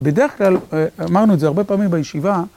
בדרך כלל, אמרנו את זה הרבה פעמים בישיבה.